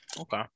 Okay